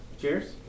Cheers